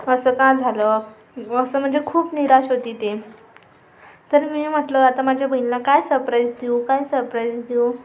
असं का झालं असं म्हणजे खूप निराश होती ती तर मी म्हटलं आता माझ्या बहिणीला काय सरप्राइज देऊ काय सरप्राइज देऊ